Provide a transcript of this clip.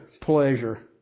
pleasure